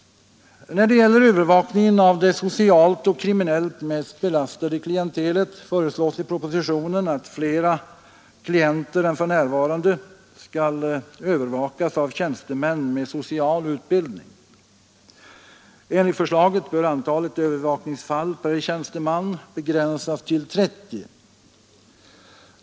När det gäller övervakningen av det socialt och kriminellt mest belastade klientelet föreslås i propositionen att flera klienter än för närvarande skall övervakas av tjänstemän med social utbildning. Enligt förslaget bör antalet övervakningsfall per tjänsteman begränsas till 30.